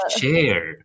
share